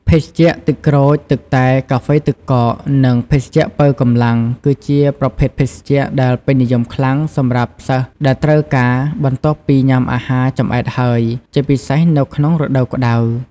ភេសជ្ជៈ ទឹកក្រូច ទឹកតែ កាហ្វេទឹកកក និងភេសជ្ជៈប៉ូវកម្លាំង គឺជាប្រភេទភេសជ្ជៈដែលពេញនិយមខ្លាំងសម្រាប់សិស្សដែលត្រូវការ បន្ទាប់ពីញុាំអាហារចម្អែតហើយ ជាពិសេសនៅក្នុងរដូវក្តៅ។